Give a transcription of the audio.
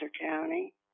County